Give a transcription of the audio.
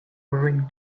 wearing